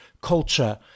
culture